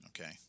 okay